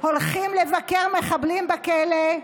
הולכים לבקר מחבלים בכלא,